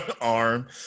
arm